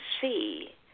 see